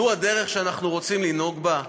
זאת הדרך שאנחנו רוצים לנהוג בה,